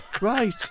right